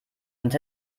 sonst